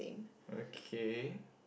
okay